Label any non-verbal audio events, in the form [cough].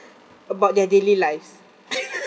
about their daily lives [laughs]